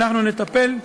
ואנחנו נטפל,